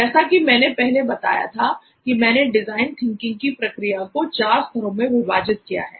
जैसा कि मैंने पहले बताया कि मैंने डिजाइन थिंकिंग की प्रक्रिया को चार स्तरों मै विभाजित किया है